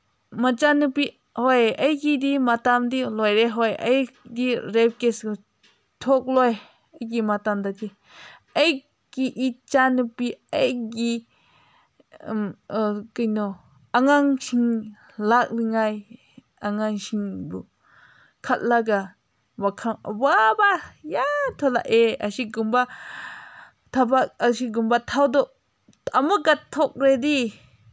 ꯃꯆꯟꯅꯨꯄꯤ ꯍꯣꯏ ꯑꯩꯒꯤꯗꯤ ꯃꯇꯝꯗꯤ ꯂꯣꯏꯔꯦ ꯍꯣꯏ ꯑꯩꯗꯤ ꯔꯦꯞ ꯀꯦꯁ ꯊꯣꯛꯂꯣꯏ ꯑꯩꯒꯤ ꯃꯇꯝꯗꯗꯤ ꯑꯩꯀꯤ ꯏꯆꯥꯅꯨꯄꯤ ꯑꯩꯒꯤ ꯀꯩꯅꯣ ꯑꯉꯥꯡꯁꯤꯡ ꯂꯥꯛꯂꯤꯉꯥꯏ ꯑꯉꯥꯡꯁꯤꯡꯕꯨ ꯈꯠꯂꯒ ꯋꯥꯈꯜ ꯑꯋꯥꯕ ꯌꯥꯝ ꯊꯣꯛꯂꯛꯑꯦ ꯑꯁꯤꯒꯨꯝꯕ ꯊꯕꯛ ꯑꯁꯤꯒꯨꯝꯕ ꯊꯧꯗꯣꯛ ꯑꯃꯨꯛꯀ ꯊꯣꯛꯂꯗꯤ